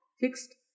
fixed